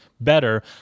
better